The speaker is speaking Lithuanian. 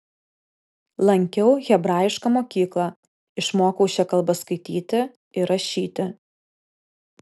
lankiau hebrajišką mokyklą išmokau šia kalba skaityti ir rašyti